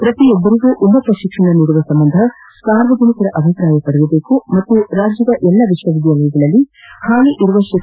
ಪ್ರತಿಯೊಬ್ಬರಿಗೂ ಉನ್ನತ ಶಿಕ್ಷಣ ನೀಡುವ ಸಂಬಂಧ ಸಾರ್ವಜನಿಕರ ಅಭಿಪ್ರಾಯ ಪಡೆಯಬೆಕು ಮತ್ತು ರಾಜ್ಯದ ಎಲ್ಲ ವಿಶ್ವವಿದ್ಯಾಲಯಗಳಲ್ಲಿ ಖಾಲಿ ಇರುವ ಶೇ